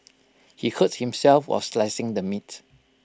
he hurt himself while slicing the meat